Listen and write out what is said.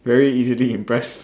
very easily impressed